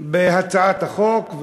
בהצעת החוק,